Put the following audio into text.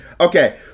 Okay